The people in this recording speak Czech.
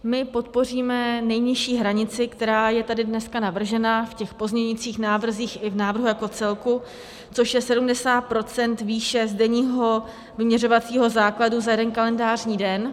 My podpoříme nejnižší hranici, která je tady dneska navržena v těch pozměňujících návrzích i v návrhu jako celku, což je 70 % výše z denního vyměřovacího základu za jeden kalendářní den.